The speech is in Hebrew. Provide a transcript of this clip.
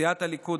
סיעת הליכוד,